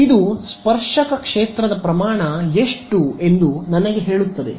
ಇದು ಸ್ಪರ್ಶಕ ಕ್ಷೇತ್ರದ ಪ್ರಮಾಣ ಎಷ್ಟು ಎಂದು ನನಗೆ ಹೇಳುತ್ತದೆ